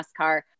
NASCAR